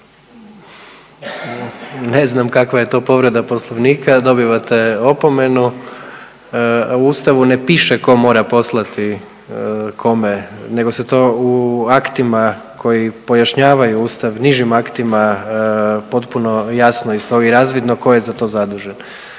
Ne znam kakva je to povreda poslovnika, dobivate opomenu. U ustavu ne piše ko mora poslati kome, nego se to u aktima koji pojašnjavaju ustav, nižim aktima, potpuno jasno i stoji razvidno ko je za to zadužen,